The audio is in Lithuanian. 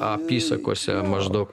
apysakose maždaug